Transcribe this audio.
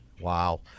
Wow